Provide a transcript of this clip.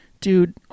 Dude